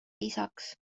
isaks